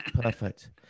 Perfect